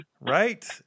Right